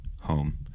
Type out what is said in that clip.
home